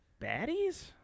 Baddies